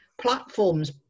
platforms